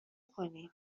کنید